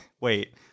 Wait